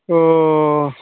अ